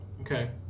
Okay